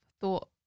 thought